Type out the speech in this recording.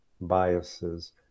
biases